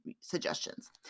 suggestions